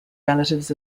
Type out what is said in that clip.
relatives